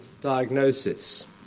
diagnosis